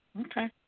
Okay